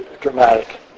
dramatic